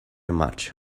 much